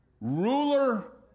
ruler